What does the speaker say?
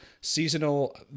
seasonal